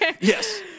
Yes